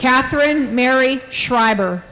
catherine mary schreiber